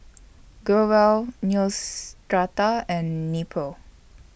Growell Neostrata and Nepro